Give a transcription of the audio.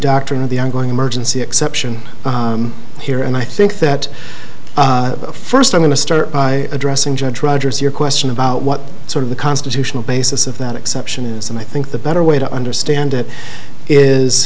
doctrine of the ongoing emergency exception here and i think that first i'm going to start by addressing judge rogers your question about what sort of the constitutional basis of that exception is and i think the better way to understand it is